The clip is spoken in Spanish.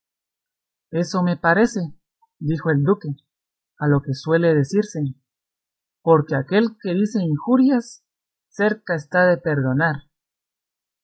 eso me parece dijo el duque a lo que suele decirse porque aquel que dice injurias cerca está de perdonar